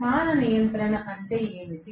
స్థాన నియంత్రణ అంటే ఏమిటి